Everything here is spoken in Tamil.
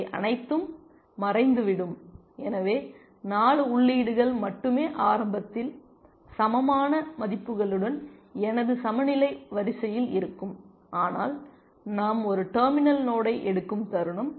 இவை அனைத்தும் மறைந்துவிடும் எனவே 4 உள்ளீடுகள் மட்டுமே ஆரம்பத்தில் சமமான மதிப்புகளுடன் எனது சமநிலை வரிசையில் இருக்கும் ஆனால் நாம் ஒரு டெர்மினல் நோடைஎடுக்கும் தருணம்